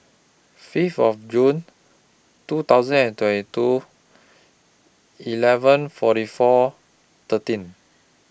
Fifth of June two thousand and twenty two eleven forty four thirteen